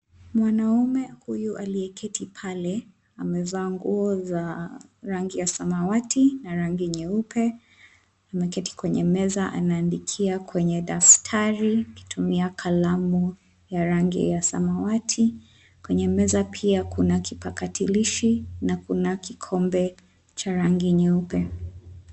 Mwanaume huyu aliyeketi pale, amevaa nguo za rangi ya samawati na rangi nyeupe. Ameketi kwenye meza anaandikia kwenye daftari akitumia kalamu ya rangi ya samawati. Kwenye meza pia kuna kipakitilishi na kuna kikombe cha rangi nyeupe.